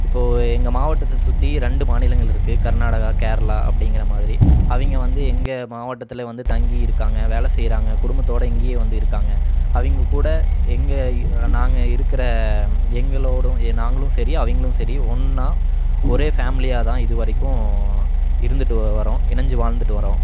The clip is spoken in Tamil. இப்போது எங்கள் மாவட்டத்தை சுற்றி ரெண்டு மாநிலங்கள் இருக்குது கர்நாடகா கேரளா அப்படிங்கிற மாதிரி அவங்க வந்து எங்கள் மாவட்டத்தில் வந்து தங்கி இருக்காங்கள் வேலை செய்கிறாங்க குடும்பத்தோட இங்கேயே வந்து இருக்காங்கள் அவிங்கக்கூட எங்க நாங்கள் இருக்கிற எங்களோடும் ஏ நாங்களும் சரி அவங்களும் சரி ஒன்றா ஒரே ஃபேம்லியாக தான் இது வரைக்கும் இருந்துட்டு வரோம் இணைஞ்சி வாழ்ந்துகிட்டு வரோம்